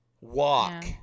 Walk